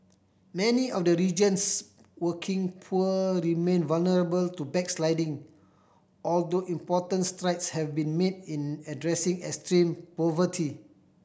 many of the region's working poor remain vulnerable to backsliding although important strides have been made in addressing extreme poverty